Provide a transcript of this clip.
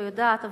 לא יודעת,